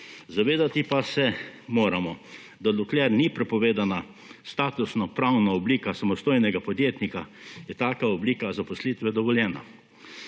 Zavedati pa se moramo, da dokler ni prepovedano statusno pravno oblika samostojnega podjetnika, je taka oblika zaposlitve dovoljena.